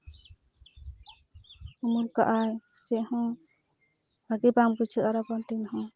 ᱩᱢᱩᱞ ᱠᱟᱜᱼᱟᱭ ᱪᱮᱫ ᱦᱚᱸ ᱵᱷᱟᱜᱮ ᱵᱟᱝ ᱵᱩᱡᱷᱟᱹᱜᱼᱟ ᱨᱟᱵᱟᱝ ᱫᱤᱱ ᱦᱚᱸ